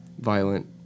Violent